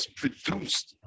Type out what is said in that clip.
produced